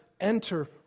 enter